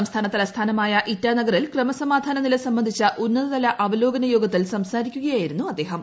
സംസ്ഥാന തലസ്ഥാനമായ ഇറ്റാനഗരിൽ ക്രമസമാധാന നില സംബന്ധിച്ച ഉന്നതതല അവലോകുന്നു യോഗത്തിൽ സംസാരിക്കുകയായിരുന്നു അദ്ദേഹം